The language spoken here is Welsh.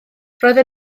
roedden